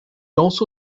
also